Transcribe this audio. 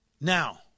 Now